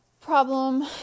problem